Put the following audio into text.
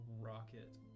rocket